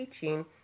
teaching